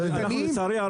הנתונים?